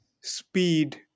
speed